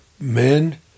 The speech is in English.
men